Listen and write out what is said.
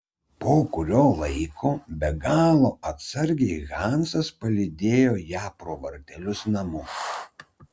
po kurio laiko be galo atsargiai hansas palydėjo ją pro vartelius namo